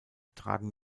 tragen